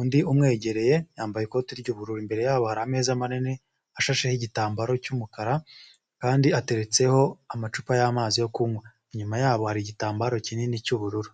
Undi umwegereye yambaye ikoti ry'ubururu. Imbere yabo hari ameza manini ashasheho igitambaro cy'umukara, kandi ateretseho amacupa y'amazi yo kunywa. Inyuma yabo hari igitambaro kinini cy'ubururu.